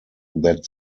that